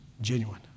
genuine